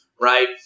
Right